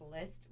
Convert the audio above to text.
list